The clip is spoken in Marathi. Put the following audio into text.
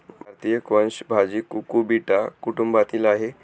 भारतीय स्क्वॅश भाजी कुकुबिटा कुटुंबातील आहे